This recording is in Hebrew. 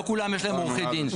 לא לכולם יש עורכי דין.